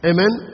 Amen